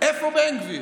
איפה בן גביר?